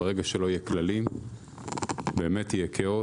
ברגע שלא יהיו כללים, יהיה באמת כאוס.